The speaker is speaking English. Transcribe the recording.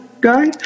guy